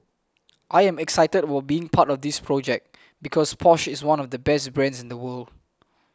I am excited about being part of this project because Porsche is one of the best brands in the world